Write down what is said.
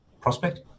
prospect